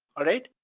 alright?